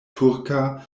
turka